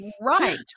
Right